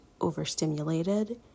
overstimulated